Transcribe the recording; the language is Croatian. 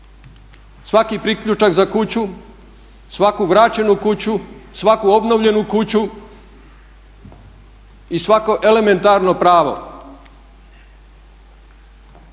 svaki priključak za kuću, svaku vraćenu kuću, svaku obnovljenu kuću i svako elementarno pravo.